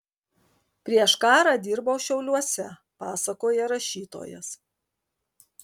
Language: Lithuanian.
prieš karą dirbau šiauliuose pasakoja rašytojas